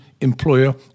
employer